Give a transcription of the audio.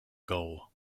gull